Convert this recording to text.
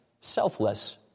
selfless